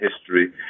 history